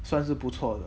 算是不错了